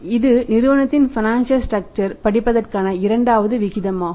இது நிறுவனத்தின் financial structure படிப்பதற்கான இரண்டாவது விகிதமாகும்